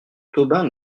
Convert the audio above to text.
tobin